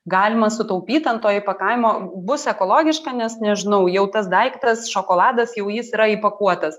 galima sutaupyt ant to įpakavimo bus ekologiška nes nežinau jau tas daiktas šokoladas jau jis yra įpakuotas